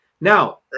Now